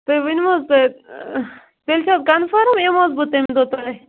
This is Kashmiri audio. تُہۍ ؤنِو حظ تہٕ تیٚلہِ چھ حظ کَنفرم یِمہ حظ بہٕ تمہ دۄہ تۄہہِ